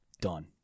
Done